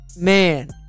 Man